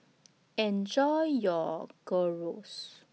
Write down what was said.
Enjoy your Gyros